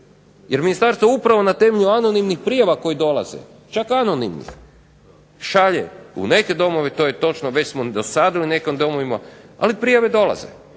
Jer ministarstvo upravo na temelju anonimnih prijava koje dolaze, čak anonimnih, šalje u neke domove, to je točno, već smo dosadili nekim domovima, ali prijave dolaze,